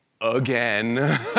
Again